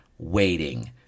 Waiting